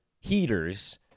heaters